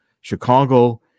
Chicago